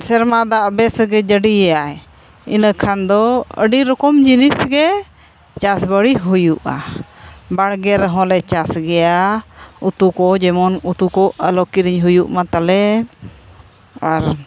ᱥᱮᱨᱢᱟ ᱫᱟᱜ ᱵᱮᱥᱜᱮ ᱡᱟᱹᱲᱤᱭᱟᱭ ᱤᱱᱟᱹᱠᱷᱟᱱ ᱫᱚ ᱟᱹᱰᱤ ᱨᱚᱠᱚᱢ ᱡᱤᱱᱤᱥᱜᱮ ᱪᱟᱥᱵᱟᱲᱤ ᱦᱩᱭᱩᱜᱼᱟ ᱵᱟᱲᱜᱮ ᱨᱮᱦᱚᱸᱞᱮ ᱪᱟᱥ ᱜᱮᱭᱟ ᱩᱛᱩ ᱠᱚ ᱡᱮᱢᱚᱱ ᱩᱛᱩ ᱠᱚ ᱟᱞᱚ ᱠᱤᱨᱤᱧ ᱦᱩᱭᱩᱜ ᱢᱟ ᱛᱟᱞᱮ ᱟᱨ